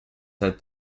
said